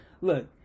Look